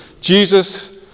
Jesus